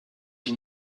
qui